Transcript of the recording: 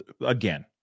again